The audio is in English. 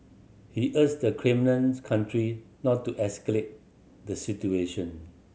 he urged the claimant country not to escalate the situation